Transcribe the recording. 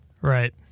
Right